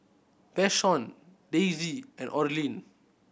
Vashon Daisey and Orlin